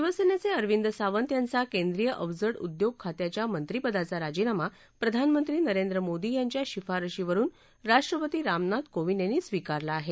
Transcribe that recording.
शिवसेनेचे अरविंद सावंत यांचा केंद्रीय अवजड उद्योग खात्याच्या मंत्रिपदाचा राजीनामा प्रधानमंत्री नरेंद्र मोदी यांच्या शिफारशीवरुन राष्ट्रपती रामनाथ कोविंद यांनी स्वीकारला आहे